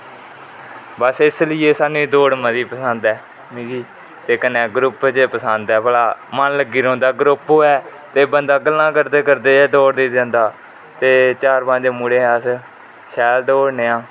बस इसलेई सानू दौड मती पसंद ऐ मिगी ते कन्ने ग्रुप च गै पसंदऐ भला मन लग्गे दा रोंहदा ग्रुप होऐ ते बंदा गल्ला करदे करदे दोडी जंदा ते चार पंज मुडे है अस सैल दोडने हां